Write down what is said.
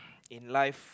in life